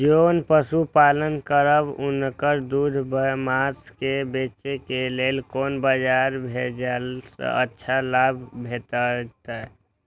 जोन पशु पालन करब उनकर दूध व माँस के बेचे के लेल कोन बाजार भेजला सँ अच्छा लाभ भेटैत?